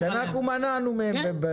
שאנחנו מנענו מהם.